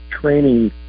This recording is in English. training